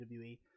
WWE